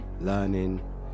learning